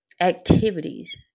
activities